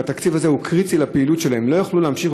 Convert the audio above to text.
התקציב הזה הוא קריטי לפעילות שלהם,